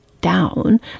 down